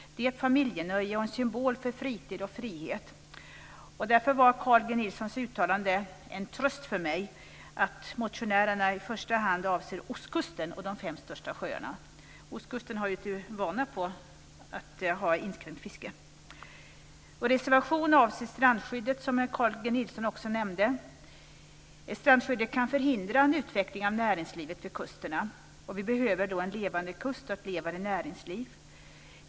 Det är ett familjenöje och en symbol för fritid och frihet. Därför var Carl G Nilssons uttalande en tröst för mig - att motionärerna i första hand avser ostkusten och de fem största sjöarna. Ostkusten har ju haft för vana att ha inskränkt fiske. Nilsson också nämnde. Strandskyddet kan förhindra en utveckling av näringslivet vid kusterna. Vi behöver en levande kust och ett levande näringsliv.